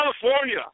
California